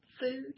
food